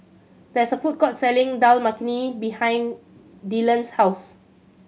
there's a food court selling Dal Makhani behind Dillan's house